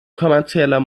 kommerzieller